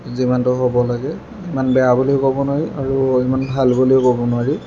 যিমানটো হ'ব লাগে ইমান বেয়া বুলিও ক'ব নোৱাৰি আৰু ইমান ভাল বুলিও ক'ব নোৱাৰি